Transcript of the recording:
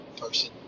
person